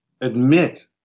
admit